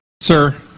Sir